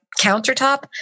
countertop